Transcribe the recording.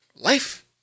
life